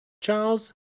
Charles